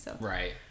Right